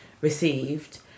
received